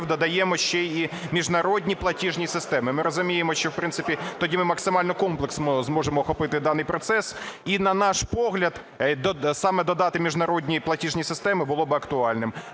додаємо ще й міжнародні платіжні системи. Ми розуміємо, що, в принципі, тоді ми максимально комплексно зможемо охопити даний процес. І на наш погляд, саме додати міжнародні платіжні системи було би актуальним.